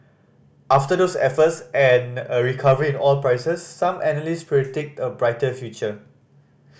after those efforts and a recovery in oil prices some analyst predict a brighter future